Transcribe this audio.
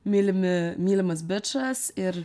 mylimi mylimas bičas ir